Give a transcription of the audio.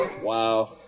Wow